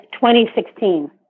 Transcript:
2016